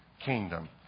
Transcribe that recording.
kingdom